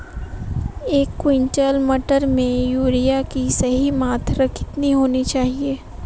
एक क्विंटल मटर में यूरिया की सही मात्रा कितनी होनी चाहिए?